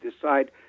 decide